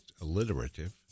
alliterative